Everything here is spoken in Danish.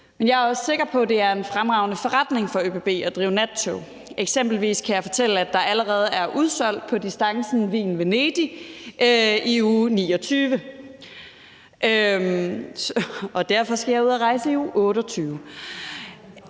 Jeg er sikker på, at det er en fremragende forretning for ÖBB at drive nattog. Eksempelvis kan jeg fortælle, at der allerede er udsolgt på distancen Wien-Venedig i uge 29, og derfor skal jeg ud og rejse i uge 28.